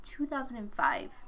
2005